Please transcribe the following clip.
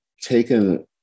taken